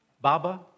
baba